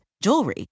jewelry